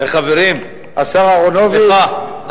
חברים, סליחה.